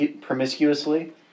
promiscuously